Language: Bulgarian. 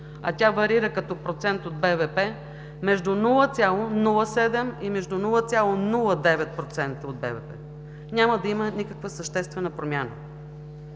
а тя варира като процент от БВП между 0,07 и между 0,09% от БВП, няма да има никаква съществена промяна.